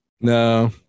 no